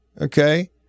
okay